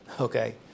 Okay